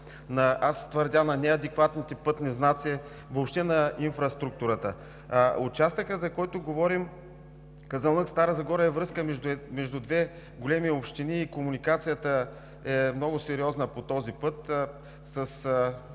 на неадекватните пътни знаци, въобще на инфраструктурата. Участъкът, за който говорим, Казанлък – Стара Загора е връзка между две големи общини и комуникацията е много сериозна по този път с